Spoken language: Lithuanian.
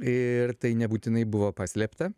ir tai nebūtinai buvo paslėpta